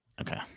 okay